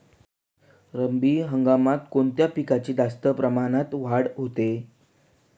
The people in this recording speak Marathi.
रब्बी हंगामात कोणत्या पिकांची जास्त प्रमाणात वाढ होते?